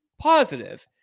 positive